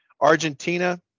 Argentina